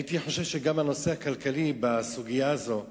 הייתי חושב שגם הנושא הכלכלי בסוגיה הזו חשוב.